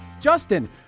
Justin